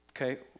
Okay